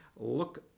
Look